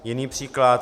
Jiný příklad.